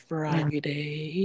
Friday